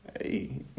Hey